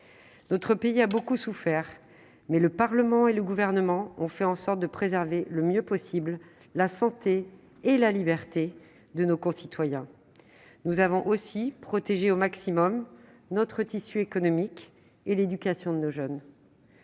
Notre pays a beaucoup souffert, mais le Gouvernement et le Parlement ont fait en sorte de préserver, le mieux possible, la santé et la liberté de nos concitoyens. Nous avons aussi protégé au maximum notre tissu économique et l'éducation de nos jeunes.